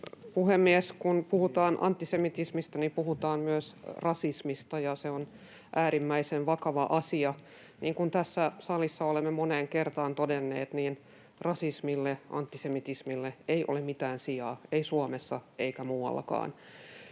puhemies! Kun puhutaan antisemitismistä, niin puhutaan myös rasismista, ja se on äärimmäisen vakava asia. Niin kuin tässä salissa olemme moneen kertaan todenneet, rasismille, antisemitismille ei ole mitään sijaa — ei Suomessa eikä muuallakaan.